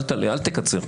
אל תקצר.